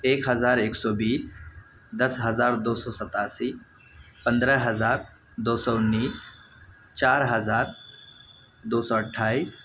ایک ہزار ایک سو بیس دس ہزار دو سو ستاسی پندرہ ہزار دو سو انیس چار ہزار دو سو اٹھائیس